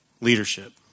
leadership